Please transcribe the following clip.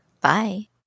bye